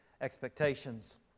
expectations